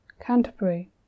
Canterbury